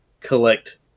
collect